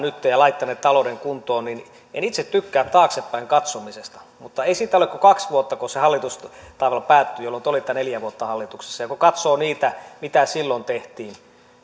ja laittaneet talouden kuntoon niin en itse tykkää taaksepäin katsomisesta mutta ei siitä ole kuin kaksi vuotta kun se hallitustaival päättyi jolloin te olitte neljä vuotta hallituksessa kun katsoo niitä mitä silloin tehtiin